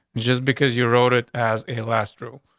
just because you wrote it as a last true.